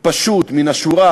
פשוט מן השורה,